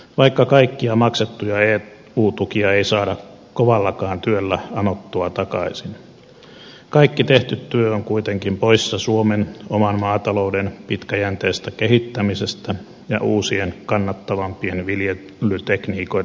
vaikka kaikkia maksettuja eu tukia ei saada kovallakaan työllä anottua takaisin kaikki tehty työ on kuitenkin poissa suomen oman maatalouden pitkäjänteisestä kehittämisestä ja uusien kannattavampien viljelytekniikoiden kehittämisestä